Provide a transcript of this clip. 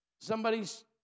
somebody's